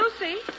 Lucy